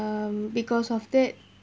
um because of that